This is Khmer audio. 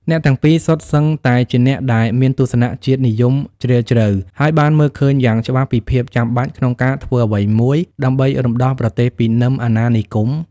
អ្នកទាំងពីរសុទ្ធសឹងតែជាអ្នកដែលមានទស្សនៈជាតិនិយមជ្រាលជ្រៅ ហើយបានមើលឃើញយ៉ាងច្បាស់ពីភាពចាំបាច់ក្នុងការធ្វើអ្វីមួយដើម្បីរំដោះប្រទេសពីនឹមអាណានិគម។